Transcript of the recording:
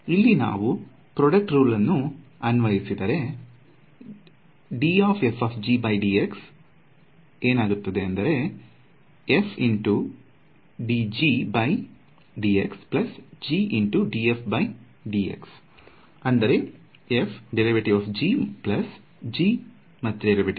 ಇಲ್ಲಿ ನಾವು product rule ಅನ್ನು ಅನ್ವಯಿಸಿದರೆ ಸಿಗುತ್ತದೆ